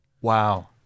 Wow